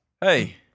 Hey